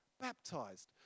baptized